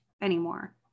anymore